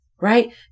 right